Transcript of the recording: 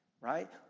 right